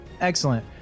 Excellent